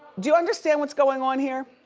do you understand what's going on here?